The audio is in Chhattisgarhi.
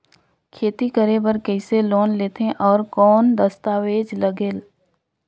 खेती करे बर कइसे लोन लेथे और कौन दस्तावेज लगेल?